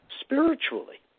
spiritually